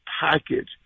package